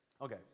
Okay